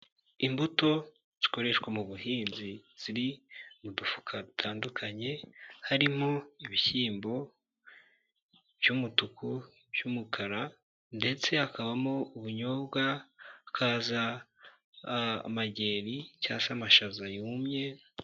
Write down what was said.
Imbuto zikoreshwa mu buhinzi ziri mu dufuka dutandukanye harimo ibishyimbo by'umutuku, by'umukara ndetse hakabamo ubunyobwa hakaza amageri cyangwa se amashaza yumye.